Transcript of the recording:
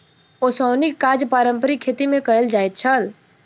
ओसौनीक काज पारंपारिक खेती मे कयल जाइत छल